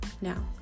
Now